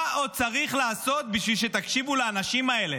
מה עוד צריך לעשות בשביל שתקשיבו לאנשים האלה?